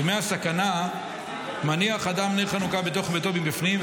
"בימי הסכנה מניח אדם נר חנוכה בתוך ביתו מבפנים,